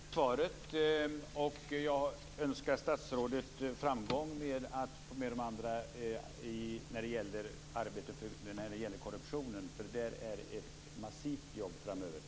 Herr talman! Jag får tacka för svaret. Jag önskar statsrådet framgång med att få med de andra i arbetet när det gäller korruptionen. Det är ett massivt jobb framöver.